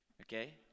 okay